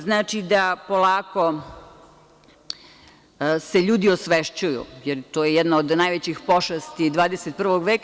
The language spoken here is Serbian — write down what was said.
Znači da polako se ljudi osvešćuju, jer to je jedna od najvećih pošasti 21 veka.